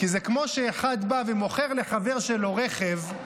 כי זה כמו שאחד בא ומוכר לחבר שלו רכב,